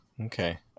Okay